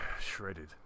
Shredded